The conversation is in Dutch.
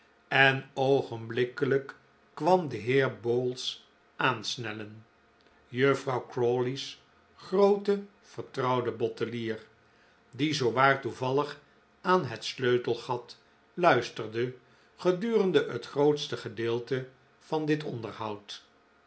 en oogenblikkelijk kwam de heer bowls aansnellen juffrouw crawley's groote vertrouwde bottelier die zoowaar toevallig aan het sleutelgat luisterde gedurende het grootste gedeelte van dit onderhoud